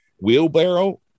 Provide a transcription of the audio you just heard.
wheelbarrow